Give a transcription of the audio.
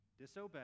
Disobey